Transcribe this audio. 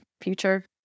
future